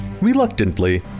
Reluctantly